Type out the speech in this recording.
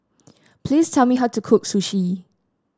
please tell me how to cook Sushi